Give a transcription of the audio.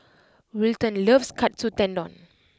Wilton loves Katsu Tendon